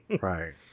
right